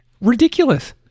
Ridiculous